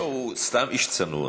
לא, הוא סתם איש צנוע.